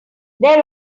there